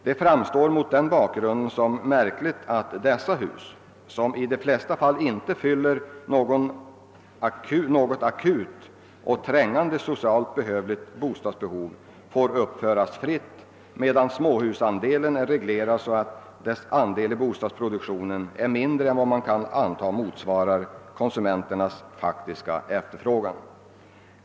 Det framstår mot denna bakgrund som märkligt att dessa hus, som i de flesta fall inte fyller något akut och trängande socialt bostadsbehov, får uppföras fritt, medan småhusandelen är reglerad så att dess andel i bostadsproduktionen är mindre än vad som kan antas motsvara konsumenternas faktiska efterfrågan.